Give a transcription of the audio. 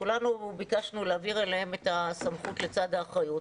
שכולנו ביקשנו להעביר אליהן את הסמכות לצד האחריות,